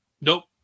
Nope